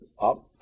up